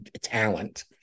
talent